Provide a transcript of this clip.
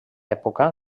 època